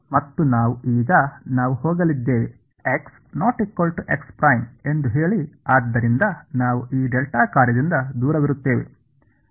ಮತ್ತು ನಾವು ಈಗ ನಾವು ಹೋಗಲಿದ್ದೇವೆ ಎಂದು ಹೇಳಿ ಆದ್ದರಿಂದ ನಾವು ಈ ಡೆಲ್ಟಾ ಕಾರ್ಯದಿಂದ ದೂರವಿರುತ್ತೇವೆ